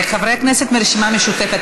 חברי הכנסת מהרשימה המשותפת,